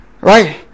right